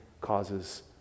causes